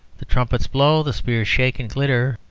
the trumpets blow, the spears shake and glitter,